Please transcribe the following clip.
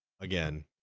again